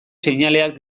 seinaleak